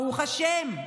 ברוך השם,